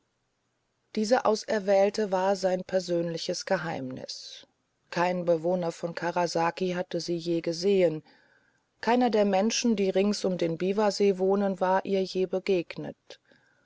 diese auserwählte war sein persönliches geheimnis kein bewohner von karasaki hatte sie je gesehen keiner der menschen die rings um den biwasee wohnen war ihr je begegnet